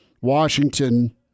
Washington